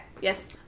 yes